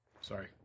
Sorry